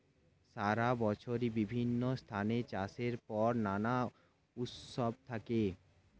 সারা বছরই বিভিন্ন স্থানে চাষের পর নানা উৎসব থাকে